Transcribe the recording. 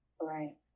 Right